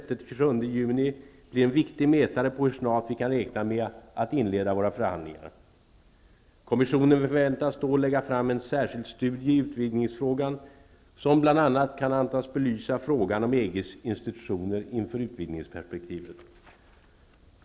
juni blir en viktig mätare på hur snart vi kan räkna med att inleda våra förhandlingar. Kommissionen förväntas då lägga fram en särskild studie i utvidgningsfrågan, som bl.a. kan antas belysa frågan om EG:s institutioner inför utvidgningsperspektivet.